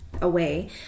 away